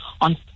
on